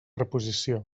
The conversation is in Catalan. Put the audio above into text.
reposició